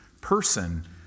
person